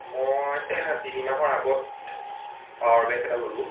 মই তিনি মাহৰ আগত পাৱাৰ বেংক এটা ল'লোঁ